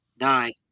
Nine